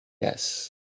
Yes